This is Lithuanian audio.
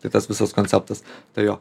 tai tas visas konceptas tai jo